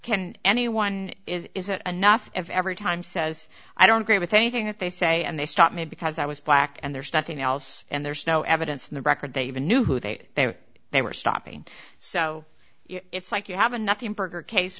can anyone is it enough of every time says i don't agree with anything that they say and they stop me because i was black and there's nothing else and there's no evidence in the record they even knew who they they were they were stopping so it's like you have a nothing burger case